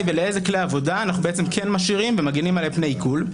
ולאיזה כלי עבודה אנחנו בעצם כן משאירים ומגנים עליהם מפני עיקול.